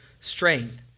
strength